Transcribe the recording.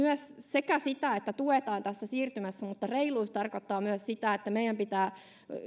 sitä että tuetaan tässä siirtymässä mutta reiluus tarkoittaa myös sitä että meidän pitää